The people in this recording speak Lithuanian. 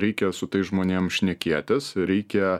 reikia su tais žmonėm šnekėtis ir reikia